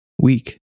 weak